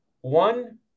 One